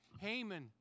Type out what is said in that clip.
Haman